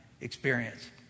experience